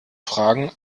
fragen